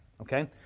Okay